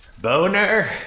boner